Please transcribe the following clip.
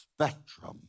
spectrum